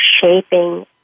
shaping